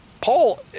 Paul